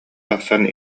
тахсан